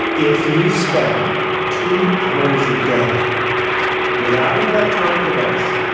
if you spend two hours a day without an electronic device,